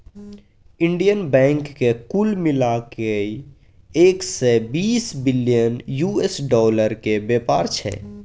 Indian बैंकक कुल मिला कए एक सय बीस बिलियन यु.एस डालरक बेपार छै